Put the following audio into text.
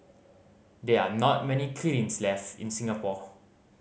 there are not many kilns left in Singapore